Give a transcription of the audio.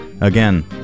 Again